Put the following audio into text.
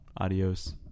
Adios